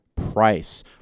price